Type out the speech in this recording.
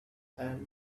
and